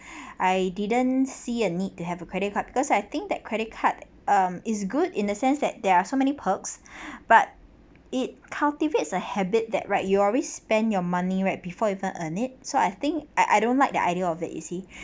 I didn't see a need to have a credit card because I think that credit card um is good in a sense that there are so many perks but it cultivate a habit that right you always spend your money right before even earn it so I think I I don't like the idea of that you see